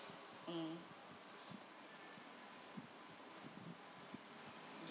mm